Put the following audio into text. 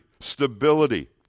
stability